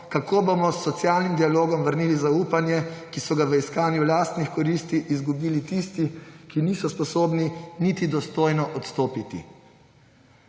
kako bomo s socialnim dialogom vrnili zaupanje, ki so ga v iskanju lastnih koristi izgubili tisti, ki niso sposobni niti dostojno odstopiti.